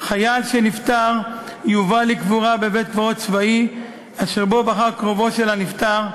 "חייל שנפטר יובא לקבורה בבית-קברות צבאי אשר בו בחר קרובו של הנפטר,